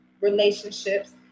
relationships